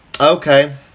Okay